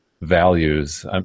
values